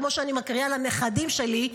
כמו שאני מקריאה לנכדים שלי,